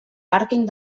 pàrquing